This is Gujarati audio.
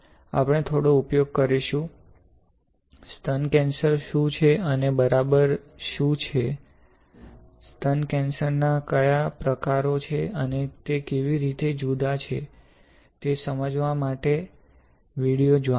આપણે થોડા ઉપયોગ કરીશું સ્તન કેન્સર શું છે અને બરાબર શું છે સ્તન કેન્સરના કયા પ્રકારો છે અને તે કેવી રીતે જુદા છે તે સમજાવવા માટે વિડિઓઝ જાણો